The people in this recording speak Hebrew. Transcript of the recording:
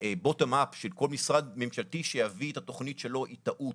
'מלמטה למעלה' של כל משרד ממשלתי שיביא את התוכנית שלו היא טעות.